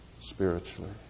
spiritually